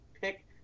pick